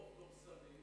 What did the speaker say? ברוב דורסני,